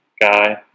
guy